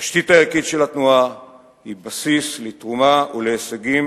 התשתית הערכית של התנועה היא בסיס לתרומה ולהישגים